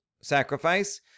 sacrifice